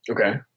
Okay